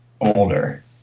older